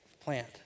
plant